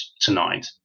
tonight